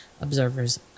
observers